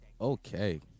Okay